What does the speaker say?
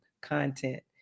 content